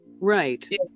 Right